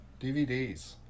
DVDs